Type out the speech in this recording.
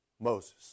Moses